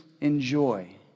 enjoy